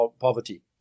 poverty